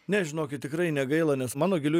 ne žinokit tikrai negaila nes mano giliu